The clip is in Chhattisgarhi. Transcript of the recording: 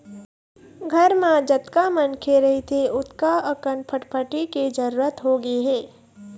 घर म जतका मनखे रहिथे ओतका अकन फटफटी के जरूरत होगे हे